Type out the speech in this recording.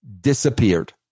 disappeared